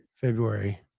February